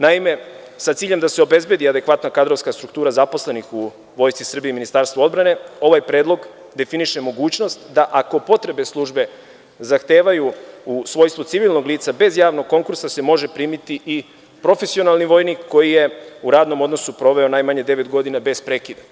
Naime, sa ciljem da se obezbedi adekvatna kadrovska struktura zaposlenih u Vojsci Srbije i Ministarstvu odbrane, ovaj predlog definiše mogućnost da se, ako potrebe službe zahtevaju, u svojstvu civilnog lica bez javnog konkursa može primiti i profesionalni vojnik koji je u radnom odnosu proveo najmanje devet godina bez prekida.